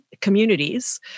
communities